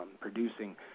producing